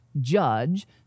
judge